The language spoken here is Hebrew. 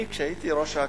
אני, כשהייתי ראש אכ"א,